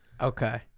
Okay